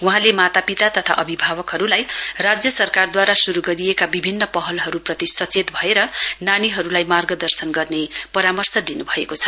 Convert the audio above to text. वहाँले मातापिता तथा अभिभावकहरुलाई राज्य सरकारद्वारा शुरु गरिएका विभिन्न पहलहरुप्रति सचेत भएर नानीहरुलाई मार्गदर्शन गर्ने परामर्श दिनुभएको छ